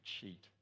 cheat